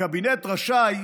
הקבינט רשאי